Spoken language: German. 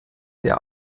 der